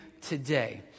today